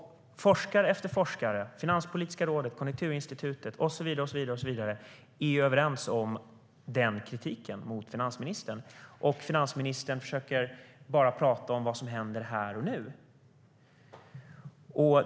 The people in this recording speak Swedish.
Forskare efter forskare, Finanspolitiska rådet, Konjunkturinstitutet och så vidare är överens om den kritiken mot finansministern. Finansministern försöker bara tala om vad som händer här och nu.